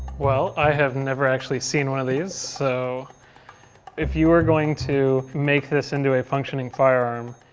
well i have never actually seen one of these so if you are going to make this into a functioning firearm,